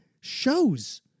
shows